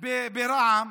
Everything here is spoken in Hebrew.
ברע"מ